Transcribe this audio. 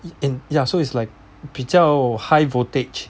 in ya so it's like 比较 high voltage